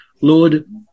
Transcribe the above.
Lord